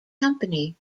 company